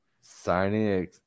signing